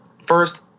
first